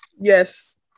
Yes